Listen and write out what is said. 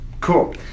cool